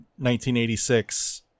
1986